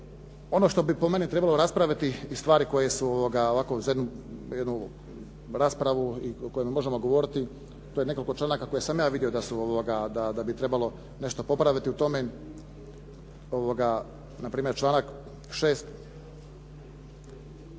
Ono što bi po meni trebalo raspraviti i stvari koje su ovako za jednu raspravu i o kojima možemo govoriti to je nekoliko članaka koje sam ja vidio da bi trebalo nešto popraviti u tome. Na primjer, članak 6.